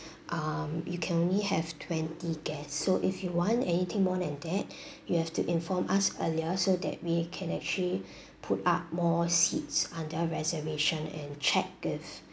um you can only have twenty guests so if you want anything more than that you have to inform us earlier so that we can actually put up more seats under reservation and check if